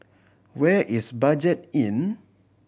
where is Budget Inn